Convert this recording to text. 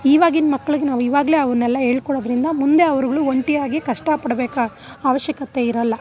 ಇವಾಗಿನ ಮಕ್ಳಿಗೆ ನಾವು ಇವಾಗಲೇ ಅವನ್ನೆಲ್ಲ ಹೇಳ್ಕೊಡೋದ್ರಿಂದ ಮುಂದೆ ಅವರುಗಳು ಒಂಟಿಯಾಗಿ ಕಷ್ಟ ಪಡಬೇಕಾದ ಅವಶ್ಯಕತೆ ಇರೋಲ್ಲ